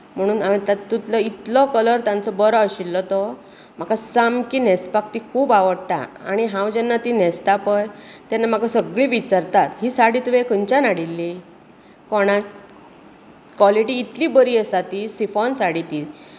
म्हणून हांवें तातुंतलो इतलो कलर तांचो बरो आशिल्लो तो म्हाका सामकी न्हेसपाक ती खूब आवडटा आनी हांव जेन्ना ती न्हेसतां पळय तेन्ना म्हाका सगळीं विचारतात ही साडी तुवें खंयच्यान हाडिल्ली कोणा कॉलिटी इतली बरी आसा ती सिफॉन साडी ती